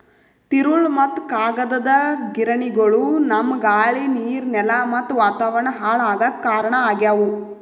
ತಿರುಳ್ ಮತ್ತ್ ಕಾಗದದ್ ಗಿರಣಿಗೊಳು ನಮ್ಮ್ ಗಾಳಿ ನೀರ್ ನೆಲಾ ಮತ್ತ್ ವಾತಾವರಣ್ ಹಾಳ್ ಆಗಾಕ್ ಕಾರಣ್ ಆಗ್ಯವು